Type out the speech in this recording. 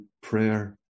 prayer